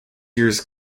years